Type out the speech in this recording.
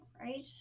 right